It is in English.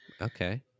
Okay